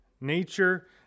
Nature